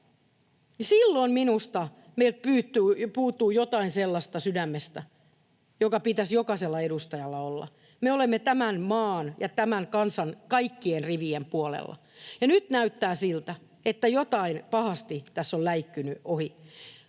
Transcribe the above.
silloin minusta meiltä puuttuu sydämestä jotain sellaista, jonka pitäisi jokaisella edustajalla olla. Me olemme tämän maan ja tämän kansan kaikkien rivien puolella, ja nyt näyttää siltä, että jotain tässä on pahasti läikkynyt ohi.